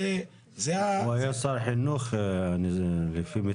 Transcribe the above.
הוא היה שר חינוך, לפי מיטב זכרוני.